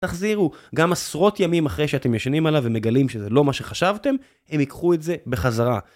תחזירו, גם עשרות ימים אחרי שאתם ישנים עליו ומגלים שזה לא מה שחשבתם, הם ייקחו את זה בחזרה.